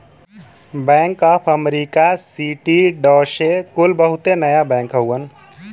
bank of America, Citi, Deutsche कुल बहुते नया बैंक हउवन